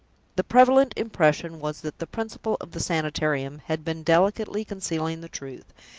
the prevalent impression was that the principal of the sanitarium had been delicately concealing the truth,